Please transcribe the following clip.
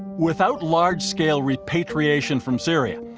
without large-scale repatriation from syria,